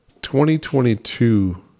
2022